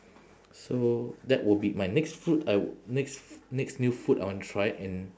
so that will be my next food I w~ next f~ next new food I want to try and